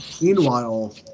meanwhile